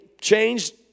changed